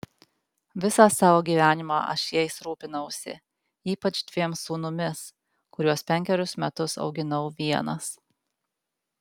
visą savo gyvenimą aš jais rūpinausi ypač dviem sūnumis kuriuos penkerius metus auginau vienas